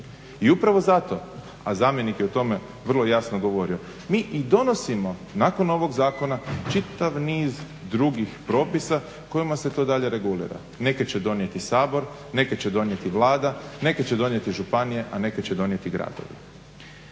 I upravo zato, a zamjenik je o tome vrlo jasno govorio, mi i donosimo nakon ovog zakona čitav niz drugih propisa kojima se to dalje regulira. Neke će donijeti Sabor, neke će donijeti Vlada, neke će donijeti županije, a neke će donijeti gradovi.